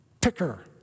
picker